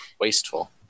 wasteful